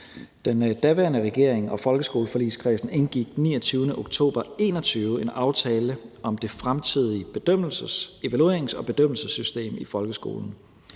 Den daværende regering og folkeskoleforligskredsen indgik den 29. oktober 2021 en aftale om det fremtidige evaluerings- og bedømmelsessystem i folkeskolen.